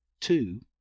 two